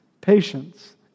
patience